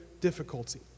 difficulty